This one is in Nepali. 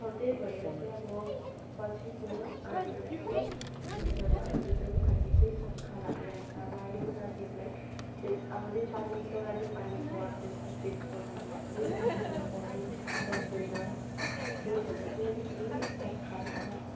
त्यही भएर चाहिँ अब पछिको नानीहरूलाई चाहिँ फ्युचरमा फ्युचरको लागि चाहिँ शङ्का लागिरहेको छ अब अहिलेको नानीहरूलाई त्यो अब नेपाली एउटा नेपाली वर्डको सेन्टेन्स पढ्नु लगायो भने राम्रोसँगले पढ्नु जान्दैन त्यही भएर चाहिँ अलिकति शङ्का छ